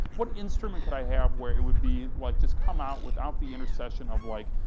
what instrument could i have where it would be like, just come out without the intersection of like,